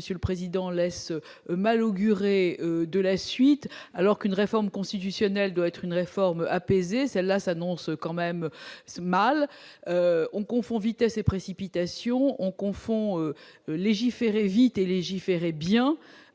faites hier laissent mal augurer de la suite. Alors qu'une réforme constitutionnelle doit être une réforme apaisée, celle-là s'annonce tout de même bien mal ! On confond vitesse et précipitation ; on confond légiférer vite et légiférer bien